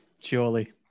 surely